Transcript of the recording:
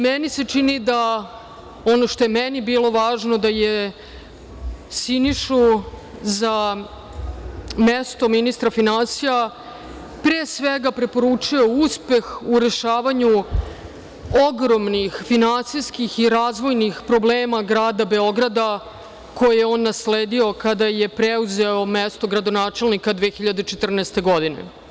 Meni se čini, ono što je meni bilo važno, da je Sinišu za mesto ministra finansija pre svega preporučio uspeh u rešavanju ogromnih finansijskih i razvojnih problema Grada Beograda, koje je on nasledio kada je preuzeo mesto gradonačelnika 2014. godine.